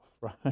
right